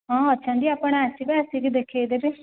ହଁ ଅଛନ୍ତି ଆପଣ ଆସିବେ ଆସିକି ଦେଖେଇ ଦେବେ